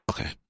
Okay